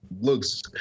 looks